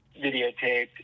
videotaped